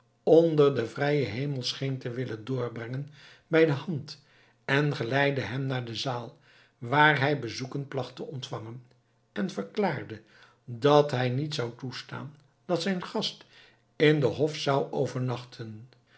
onder den vrijen hemel scheen te willen doorbrengen bij de hand en geleidde hem naar de zaal waar hij bezoeken placht te ontvangen en verklaarde dat hij niet zou toestaan dat zijn gast in den hof zou overnachten